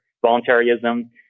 voluntarism